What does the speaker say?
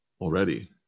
already